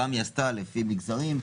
פעם היא עשתה לפי מגזרים,